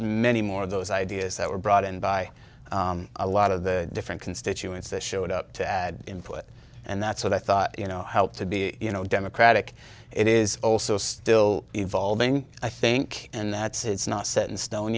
many more of those ideas that were brought in by a lot of the different constituents that showed up to add input and that's what i thought you know how to be you know democratic it is also still evolving i think and it's not set in stone